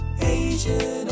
Asian